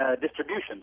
distributions